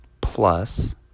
plus